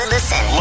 Listen